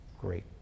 great